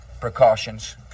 precautions